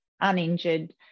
uninjured